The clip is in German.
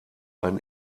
ein